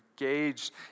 engaged